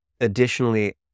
additionally